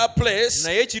place